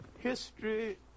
History